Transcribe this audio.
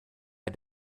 bei